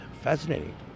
Fascinating